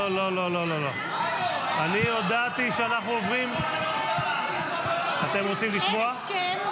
אתם רוצים לשמוע?